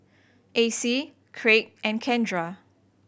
Acie Kraig and Kendra